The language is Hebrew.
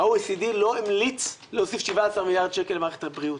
ה- OECD לא המליץ להוסיף 17 מיליארד שקלים למערכת הבריאות.